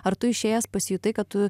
ar tu išėjęs pasijutai kad tu